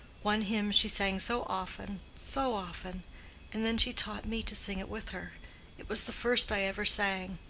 one hymn she sang so often, so often and then she taught me to sing it with her it was the first i ever sang.